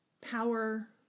power